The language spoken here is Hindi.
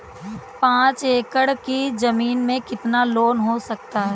पाँच एकड़ की ज़मीन में कितना लोन हो सकता है?